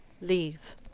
Leave